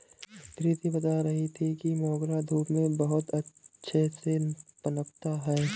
प्रीति बता रही थी कि मोगरा धूप में बहुत ही अच्छे से पनपता है